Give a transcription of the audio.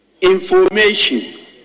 Information